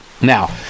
Now